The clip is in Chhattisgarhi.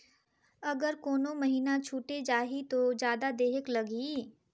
अगर कोनो महीना छुटे जाही तो जादा देहेक लगही?